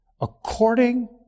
According